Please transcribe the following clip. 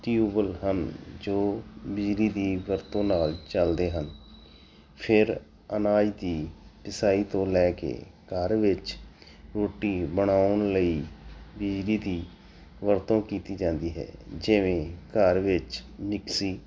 tubewell ਹਨ ਜੋ ਬਿਜਲੀ ਦੀ ਵਰਤੋਂ ਨਾਲ ਚੱਲਦੇ ਹਨ ਫੇਰ ਅਨਾਜ ਦੀ ਪੀਸਾਈ ਤੋਂ ਲੈ ਕੇ ਘਰ ਵਿੱਚ ਰੋਟੀ ਬਣਾਉਣ ਲਈ ਬਿਜਲੀ ਦੀ ਵਰਤੋਂ ਕੀਤੀ ਜਾਂਦੀ ਹੈ ਜਿਵੇਂ ਘਰ ਵਿੱਚ ਮਿਕਸੀ